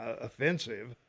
offensive